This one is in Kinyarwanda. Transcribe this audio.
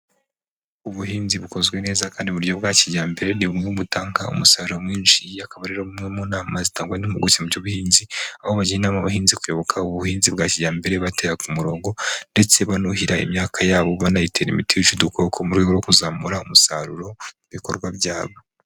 Ubuhinzi bukozwe neza kandi mu buryo bwa kijyambere, ni bumwe mu butanga umusaruro mwinshi, akaba ari imwe mu nama zitangwa n'impuguke mu by'ubuhinzi, abo bagenda baha abahinzi kuyoboka ubuhinzi bwa kijyambere, batera ku murongo, ndetse banuhira imyaka yabo, banayitera imiti yica udukoko, mu rwego rwo kuzamura umusaruro n'ibikorwa byabo.